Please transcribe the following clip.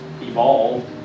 evolved